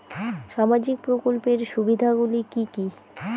সামাজিক প্রকল্পের সুবিধাগুলি কি কি?